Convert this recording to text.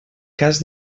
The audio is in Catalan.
cas